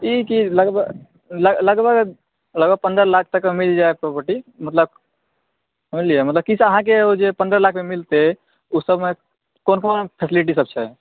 ई की लगभग पन्द्रह लाख तक मे मिल जायत प्रोपर्टी मतलब किछु अहाँकेॅं जे पन्द्रह लाख मे मिलतै ओहि सबमे कोन कोन फेस्लिटी सब छै